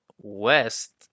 West